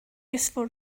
useful